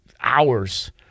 hours